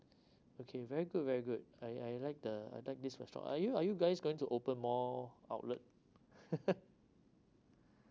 okay very good very good I I like the I like this restaurant are you are you guys going to open more outlet